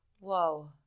Whoa